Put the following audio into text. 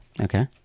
Okay